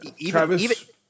Travis